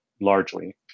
largely